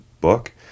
book